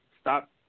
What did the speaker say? stop